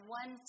one